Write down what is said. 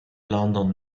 london